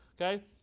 okay